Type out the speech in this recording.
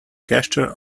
gesture